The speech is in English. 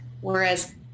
Whereas